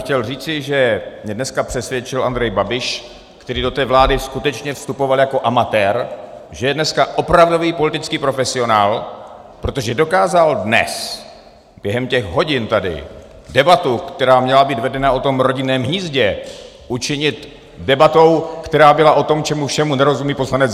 Chtěl bych říci, že mě dneska přesvědčil Andrej Babiš, který do té vlády skutečně vstupoval jako amatér, že je dneska opravdový politický profesionál, protože dokázal dnes, během těch hodin tady, debatu, která měla být vedena o tom rodinném hnízdě, učinit debatou, která byla o tom, čemu všemu nerozumí poslanec Zaorálek.